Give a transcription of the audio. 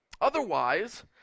Otherwise